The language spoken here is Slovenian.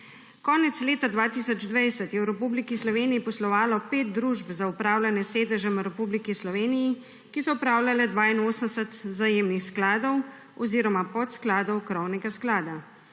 Konec leta 2020 je v Republiki Sloveniji poslovalo pet družb za upravljanje s sedežem v Republiki Sloveniji, ki so upravljale 82 vzajemnih skladov oziroma podskladov krovnega sklada.